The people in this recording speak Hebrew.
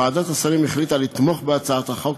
ועדת השרים החליטה לתמוך בהצעת החוק,